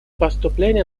поступления